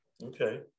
Okay